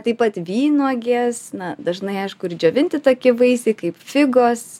taip pat vynuogės na dažnai aišku ir džiovinti toki vaisiai kaip figos